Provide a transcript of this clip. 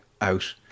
out